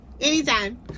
Anytime